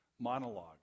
monologue